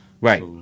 Right